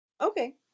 Okay